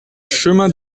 chemin